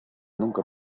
nunca